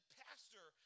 pastor